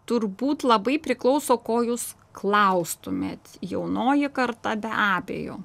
turbūt labai priklauso ko jūs klaustumėt jaunoji karta be abejo